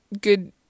good